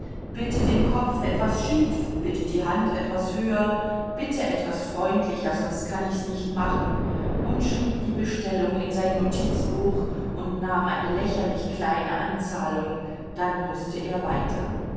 bitte den kopf etwas schief bitte die hand etwas höher bitte etwas freundlicher sonst kann ich's nicht machen und schrieb die bestellung in sein notizbuch und nahm eine lächerlich kleine anzahlung dann mußte er weiter